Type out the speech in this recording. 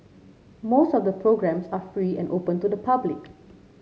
most of the programmes are free and open to the public